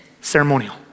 Ceremonial